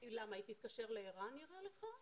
למה, היא תתקשר לער"ן, נראה לך?